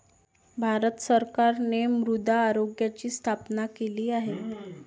भारत सरकारने मृदा आरोग्याची स्थापना केली आहे